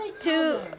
two